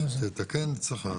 תתקן אצלך.